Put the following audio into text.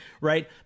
right